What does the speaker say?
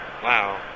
Wow